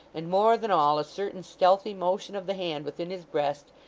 and more than all a certain stealthy motion of the hand within his breast,